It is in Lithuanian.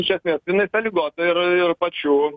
iš esmės jinai sąlygota ir ir pačių